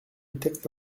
texte